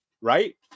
right